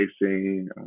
facing